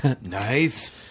Nice